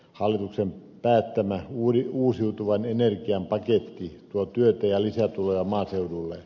hallituksen päättämä uusiutuvan energian paketti tuo työtä ja lisätuloja maaseudulle